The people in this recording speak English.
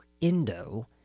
Indo